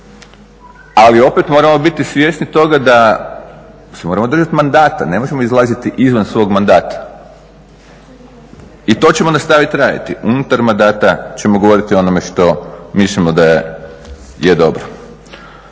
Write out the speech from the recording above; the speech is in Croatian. Ali, opet moramo biti svjesni toga da se moramo držati mandata, ne možemo izlaziti izvan svog mandata. I to ćemo nastaviti raditi. Unutar mandata ćemo govoriti o onome što mislimo da je dobro.